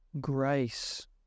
grace